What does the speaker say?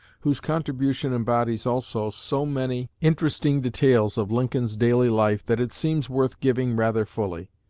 whose contribution embodies also so many interesting details of lincoln's daily life that it seems worth giving rather fully.